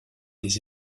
des